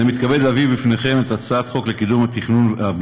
אני מתכבד להביא בפניכם את הצעת חוק לקידום הבנייה